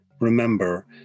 Remember